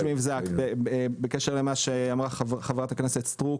בקשר למה שאמרה ח"כ סטרוק,